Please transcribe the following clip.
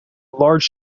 large